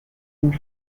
and